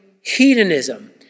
hedonism